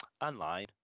online